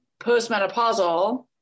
postmenopausal